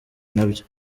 nabyo